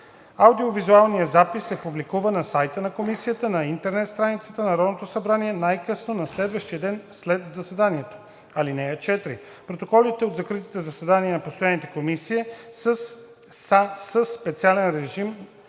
Аудио-визуалният запис се публикува на сайта на комисията на интернет страницата на Народното събрание най-късно на следващия ден след заседанието. (4) Протоколите от закритите заседания на постоянните комисии са със специален режим